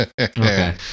Okay